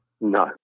No